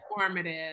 informative